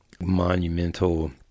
monumental